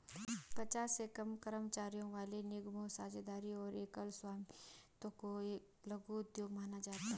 पचास से कम कर्मचारियों वाले निगमों, साझेदारी और एकल स्वामित्व को लघु उद्यम माना जाता है